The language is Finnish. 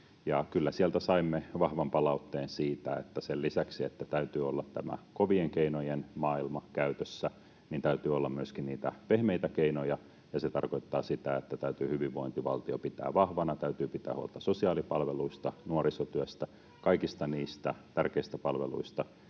sieltä saimme vahvan palautteen siitä, että sen lisäksi, että täytyy olla kovien keinojen maailma käytössä, täytyy olla myöskin niitä pehmeitä keinoja. Se tarkoittaa sitä, että täytyy hyvinvointivaltio pitää vahvana, täytyy pitää huolta sosiaalipalveluista, nuorisotyöstä, kaikista niistä tärkeistä palveluista,